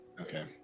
Okay